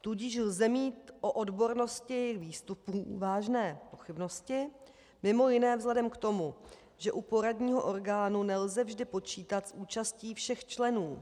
Tudíž lze mít o odbornosti výstupů vážné pochybnosti, mimo jiné vzhledem k tomu, že u poradního orgánu nelze vždy počítat s účastí všech členů.